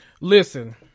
listen